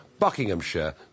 Buckinghamshire